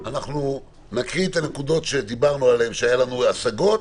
נקריא את הנקודות עליהן דיברנו והיו לנו השגות,